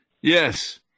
Yes